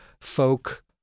folk